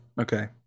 Okay